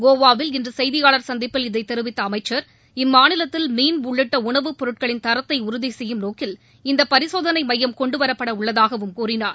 கோவாவில் இன்று செய்தியாளர் சந்திப்பில் இதைத் தெரிவித்த அமைச்சர் இம்மாநிலத்தில் மீன் உள்ளிட்ட உணவுப் பொருட்களின் தரத்தை உறுதி செய்யும் நோக்கில் இந்தப் பரிசோதனை மையம் கொண்டுவரப்பட உள்ளதாகவும் கூறினார்